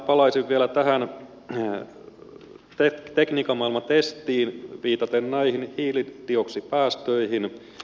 palaisin vielä tähän tekniikan maailman testiin viitaten näihin hiilidioksidipäästöihin